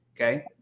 Okay